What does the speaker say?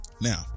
Now